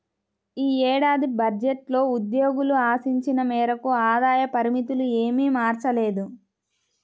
ఈ ఏడాది బడ్జెట్లో ఉద్యోగులు ఆశించిన మేరకు ఆదాయ పరిమితులు ఏమీ మార్చలేదు